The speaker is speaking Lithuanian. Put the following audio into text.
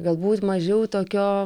galbūt mažiau tokio